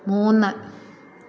മൂന്ന്